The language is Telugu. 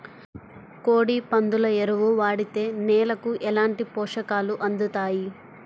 కోడి, పందుల ఎరువు వాడితే నేలకు ఎలాంటి పోషకాలు అందుతాయి